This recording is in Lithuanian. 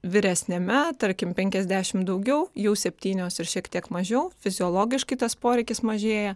vyresniame tarkim penkiasdešim daugiau jau septynios ir šiek tiek mažiau fiziologiškai tas poreikis mažėja